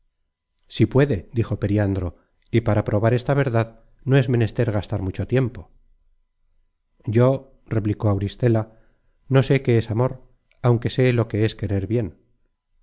sí puede dijo periandro y para probar esta verdad no es menester gastar mucho tiempo yo replicó auristela no sé qué es amor aunque sé lo que es querer bien